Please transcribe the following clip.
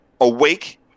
Awake